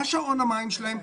מה שעון המים שלהם,